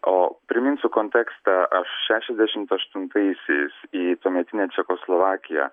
o priminsiu kontekstą šešiasdešimt aštuntaisiais į tuometinę čekoslovakiją